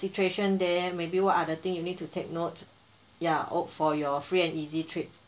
situation there maybe what are the thing you need to take note ya opt for your free and easy trip